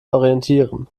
orientieren